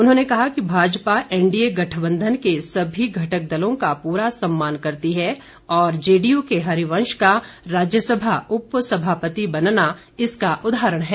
उन्होंने कहा कि भाजपा एनडीए गठबंधन के सभी घटक दलों का पूरा सम्मान करती है और जेडीयू के हरिवंश का राज्यसभा उपसभापति बनना इसका उदाहरण है